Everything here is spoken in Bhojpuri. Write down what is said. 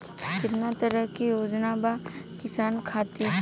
केतना तरह के योजना बा किसान खातिर?